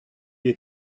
est